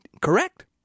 correct